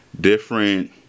different